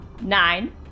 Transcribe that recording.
Nine